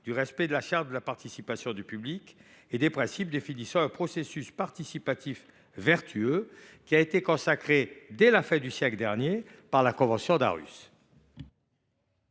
du respect de la charte de la participation du public et des principes définissant un processus participatif vertueux, lequel a été consacré dès la fin du siècle dernier par la convention d’Aarhus.